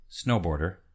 snowboarder